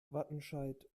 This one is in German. wattenscheid